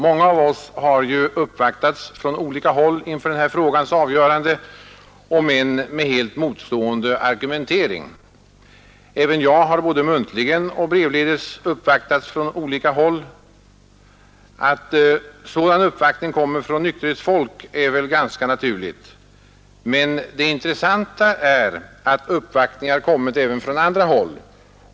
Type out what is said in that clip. Många av oss har ju uppvaktats från olika håll inför den här frågans avgörande, om än med helt motstående argumentering. Även jag har både muntligen och brevledes uppvaktats från olika håll. Att sådan uppvaktning kommer från nykterhetsfolk är väl ganska naturligt, men det intressanta är att uppvaktningar kommit även från andra håll.